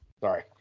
Sorry